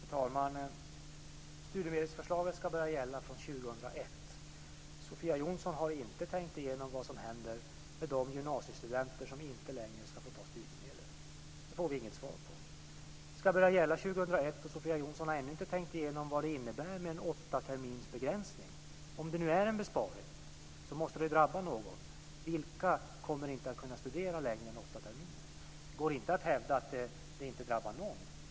Fru talman! Studiemedelsförslaget ska börja gälla från 2001. Sofia Jonsson har inte tänkt igenom vad som händer med de gymnasiestudenter som inte längre ska få studiemedel. Det får vi inget svar på. Det ska börja gälla 2001 och Sofia Jonsson har ännu inte tänkt igenom vad det innebär med en åttaterminsbegränsning. Om det nu är en besparing måste det drabba någon. Vilka kommer inte att kunna studera längre än åtta terminer? Det går inte att hävda att det inte drabbar någon.